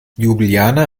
ljubljana